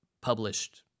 published